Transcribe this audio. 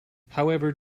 however